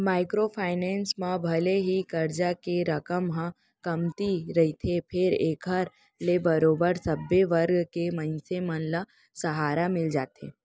micro finance म भले ही करजा के रकम ह कमती रहिथे फेर एखर ले बरोबर सब्बे वर्ग के मनसे मन ल सहारा मिल जाथे